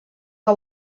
que